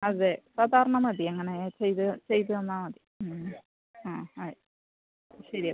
അതെ സാധാരണ മതി അങ്ങനെ ചെയ്ത് ചെയ്ത് തന്നാൽ മതി ആ അതെ ശരി